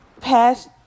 past